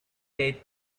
death